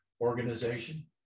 organization